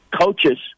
Coaches